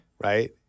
Right